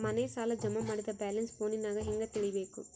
ಮನೆ ಸಾಲ ಜಮಾ ಮಾಡಿದ ಬ್ಯಾಲೆನ್ಸ್ ಫೋನಿನಾಗ ಹೆಂಗ ತಿಳೇಬೇಕು?